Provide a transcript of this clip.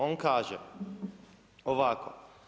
On kaže ovako.